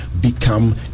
become